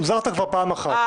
הוזהרת כבר פעם אחת.